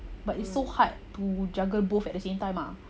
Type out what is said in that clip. but it' so hard to juggle both at the same time ah